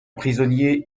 prisonnier